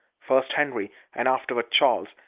first henry, and afterward charles,